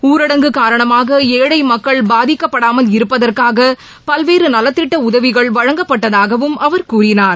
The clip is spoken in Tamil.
ஊரடங்கு காரணமாக ஏழை மக்கள் பாதிக்கப்படாமல் இருப்பதற்காக பல்வேறு நலத்திட்ட உதவிகள் வழங்கப்பட்டதாகவும் அவர் கூறினார்